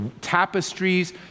tapestries